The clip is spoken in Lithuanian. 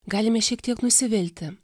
galime šiek tiek nusivilti